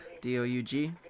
D-O-U-G